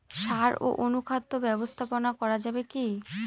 সাড় ও অনুখাদ্য ব্যবস্থাপনা করা যাবে কি?